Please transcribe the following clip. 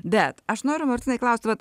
bet aš noriu martynai klausti vat